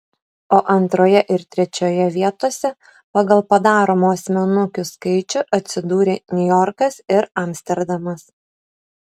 o antroje ir trečioje vietose pagal padaromų asmenukių skaičių atsidūrė niujorkas ir amsterdamas